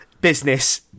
business